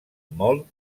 molt